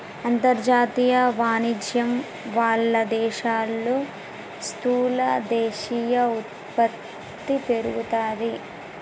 అంతర్జాతీయ వాణిజ్యం వాళ్ళ దేశాల్లో స్థూల దేశీయ ఉత్పత్తి పెరుగుతాది